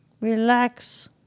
Relax